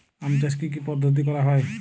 আম চাষ কি কি পদ্ধতিতে করা হয়?